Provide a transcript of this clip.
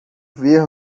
ver